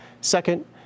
Second